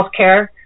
healthcare